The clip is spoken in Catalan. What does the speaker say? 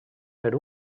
per